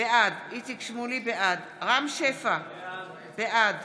בעד רם שפע, בעד